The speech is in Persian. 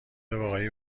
واقعی